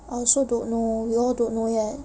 I also don't know we all don't know yet